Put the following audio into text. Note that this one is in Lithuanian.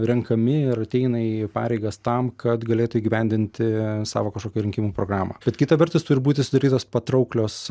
renkami ir ateina į pareigas tam kad galėtų įgyvendinti savo kažkokią rinkimų programą bet kita vertus turi būti sudarytos patrauklios